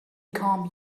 comb